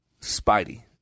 Spidey